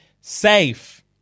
safe